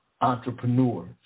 entrepreneurs